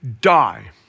die